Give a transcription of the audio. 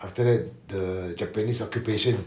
after that the japanese occupation